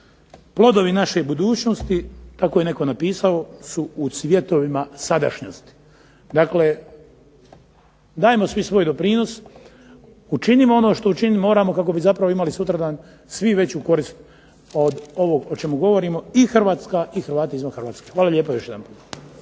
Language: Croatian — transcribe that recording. "Plodovi naše budućnosti", tako je netko napisao "su u cvjetovima sadašnjosti". Prema tome, dajemo svi svoju doprinos, učinimo ono što moramo kako bi sutra imali svi veću korist od ovog o čemu govorimo i Hrvatska i Hrvati izvan Republike Hrvatske. Hvala lijepa još jedanput.